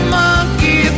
monkey